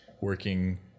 working